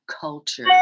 culture